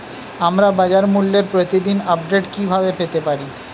আমরা বাজারমূল্যের প্রতিদিন আপডেট কিভাবে পেতে পারি?